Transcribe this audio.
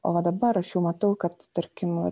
o va dabar aš jau matau kad tarkim